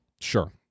Sure